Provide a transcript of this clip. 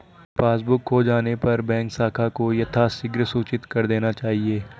passbook खो जाने पर बैंक शाखा को यथाशीघ्र सूचित कर देना चाहिए